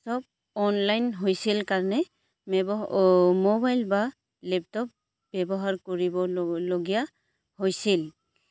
চব অনলাইন হৈছিল কাৰণে ব্যৱ মোবাইল বা লেপটপ ব্যৱহাৰ কৰিবলগীয়া হৈছিল